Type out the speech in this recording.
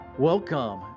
Welcome